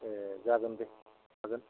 ए जागोन दे हागोन